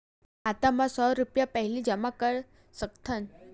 खाता मा सौ रुपिया पहिली जमा कर सकथन?